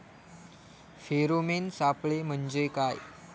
Pheromone सापळे म्हंजे काय?